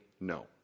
no